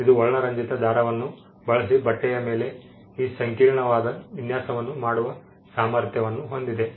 ಇದು ವರ್ಣರಂಜಿತ ದಾರವನ್ನು ಬಳಸಿ ಬಟ್ಟೆಯ ಮೇಲೆ ಈ ಸಂಕೀರ್ಣವಾದ ವಿನ್ಯಾಸವನ್ನು ಮಾಡುವ ಸಾಮರ್ಥ್ಯವನ್ನು ಹೊಂದಿದೆ